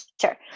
Sure